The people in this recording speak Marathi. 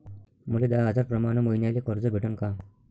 मले दहा हजार प्रमाण मईन्याले कर्ज भेटन का?